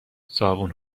صابون